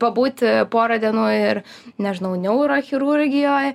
ir pabūt porą dienų ir nežinau neurochirurgijoj